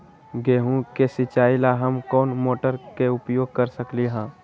गेंहू के सिचाई ला हम कोंन मोटर के उपयोग कर सकली ह?